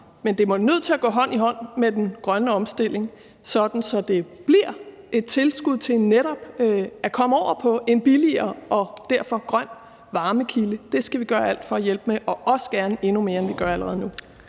Men det må være nødt til at gå hånd i hånd med den grønne omstilling, sådan at det netop bliver et tilskud til at komme over på en billigere og derfor grøn varmekilde. Det skal vi gøre alt for at hjælpe med og også gerne endnu mere, end vi allerede gør